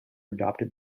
adopted